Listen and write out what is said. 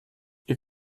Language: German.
ihr